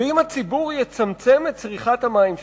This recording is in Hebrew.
ואם הציבור יצמצם את צריכת המים שלו,